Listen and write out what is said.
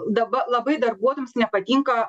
daba labai darbuotojams nepatinka